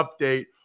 update